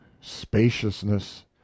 spaciousness